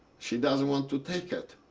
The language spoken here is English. she doesn't want to take it.